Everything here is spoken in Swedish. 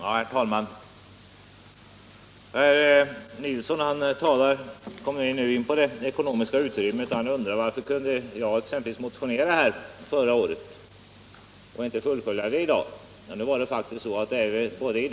Herr talman! Herr Nilsson i Kalmar kom nu in på det ekonomiska utrymmet. Han undrade hur jag kunde motionera i ärendet förra året och inte fullfölja motionskravet i dag.